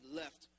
left